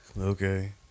Okay